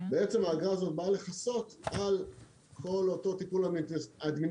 בעצם האגרה הזאת באה לכסות על כל אותו טיפול אדמיניסטרטיבי